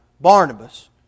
Barnabas